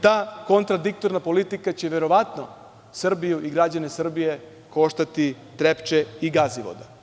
Ta kontradiktorna politika će verovatno Srbiju i građane Srbije koštati Trepče i Gazivode.